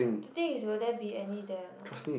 the thing is will there be any there or not